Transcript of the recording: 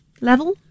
level